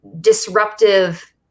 disruptive